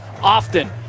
often